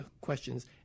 questions